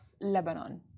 Lebanon